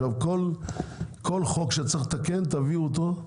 כל חוק שצריך לתקן תביאו אותו,